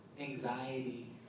anxiety